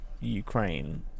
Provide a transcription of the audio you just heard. Ukraine